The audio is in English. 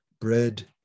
bread